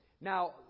Now